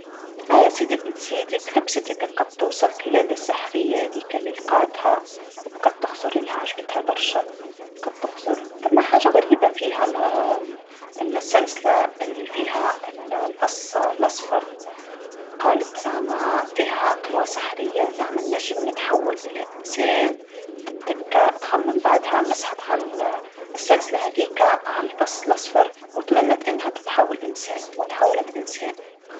هيا سيدك بن سيدك، لبستك القطوسه القاده السحريه هذيكا اللي لقاتها، وبقات تخزلها عجبتها برشا، بقات تخزر، ثما حاجه غريبه فيها، ال- السلسلة اللي فيها ال- الفص اللصفر، قالت زعما فيها قوى سحريه، زعما نجم تحول إلى إنسان، تتكى تخمم بعدها، مسحت ع- السلسلة هذيكا، عالفص اللصفر وتمنت أنها تتحول إنسان وتحولت إنسان.